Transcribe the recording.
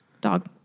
Dog